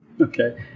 Okay